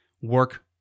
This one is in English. work